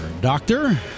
doctor